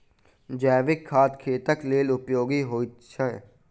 जैविक खाद खेतक लेल उपयोगी होइत छै